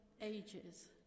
ages